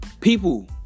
People